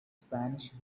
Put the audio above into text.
spanish